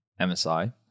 MSI